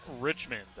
Richmond